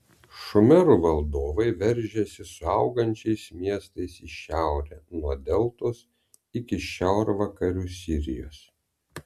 šumerų valdovai varžėsi su augančiais miestais į šiaurę nuo deltos iki šiaurvakarių sirijos